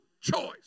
choice